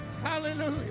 Hallelujah